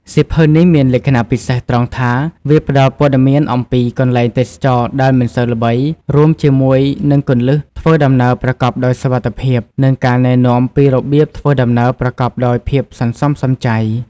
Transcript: សៀវភៅនេះមានលក្ខណៈពិសេសត្រង់ថា វាផ្ដល់ព័ត៌មានអំពីកន្លែងទេសចរណ៍ដែលមិនសូវល្បី រួមជាមួយនឹងគន្លឹះធ្វើដំណើរប្រកបដោយសុវត្ថិភាព និងការណែនាំពីរបៀបធ្វើដំណើរប្រកបដោយភាពសន្សំសំចៃ។